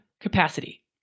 capacity